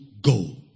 go